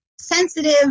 sensitive